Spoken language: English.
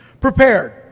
prepared